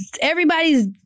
everybody's